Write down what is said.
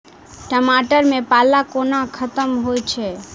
टमाटर मे पाला कोना खत्म होइ छै?